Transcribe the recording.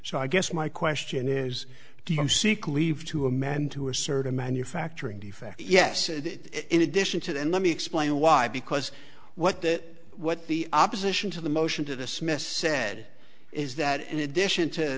so i guess my question is do you seek leave to amend to assert a manufacturing defect yes it in addition to then let me explain why because what that what the opposition to the motion to dismiss said is that in addition to